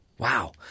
Wow